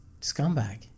Scumbag